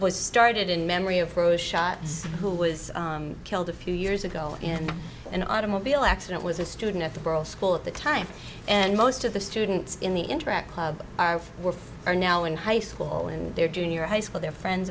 was started in memory of rose shot who was killed a few years ago in an automobile accident was a student at the girls school at the time and most of the students in the interact club are now in high school and their junior high school they're friends